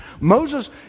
Moses